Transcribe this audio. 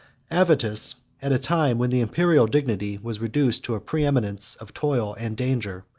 avitus, at a time when the imperial dignity was reduced to a preeminence of toil and danger,